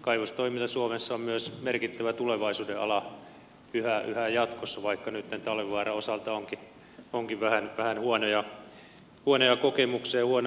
kaivostoiminta suomessa on myös merkittävä tulevaisuuden ala yhä jatkossa vaikka nytten talvivaaran osalta onkin vähän huonoja kokemuksia ja huonoa esimerkkiä